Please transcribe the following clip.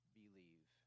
believe